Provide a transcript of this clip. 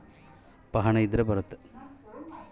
ನಾನು ಕೃಷಿ ಸಾಲ ತಗಳಕ ಬರುತ್ತಾ?